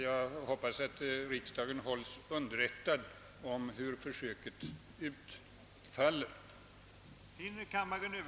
Jag hoppas att riksdagen hålls underrättad om hur försöket utfaller.